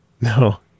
No